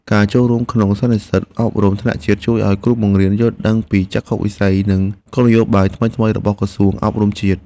ការចូលរួមក្នុងសន្និសីទអប់រំថ្នាក់ជាតិជួយឱ្យគ្រូបង្រៀនយល់ដឹងពីចក្ខុវិស័យនិងគោលនយោបាយថ្មីៗរបស់ក្រសួងអប់រំជាតិ។